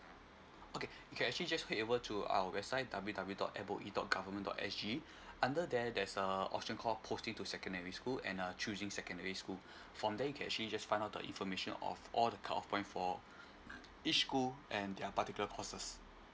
okay you can actually just head over to our website w w dot m o e dot government dot s g under there there's a option called posting to secondary school and uh choosing secondary school from there you can actually just find out the information of all the cut off point for each school and their particular courses